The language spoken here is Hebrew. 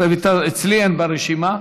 רויטל אין אצלי ברשימה.